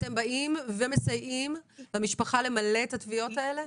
אתם באים ומסייעים למשפחה למלא את התביעות האלה.